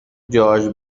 george